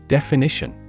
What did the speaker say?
Definition